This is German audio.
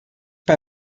bei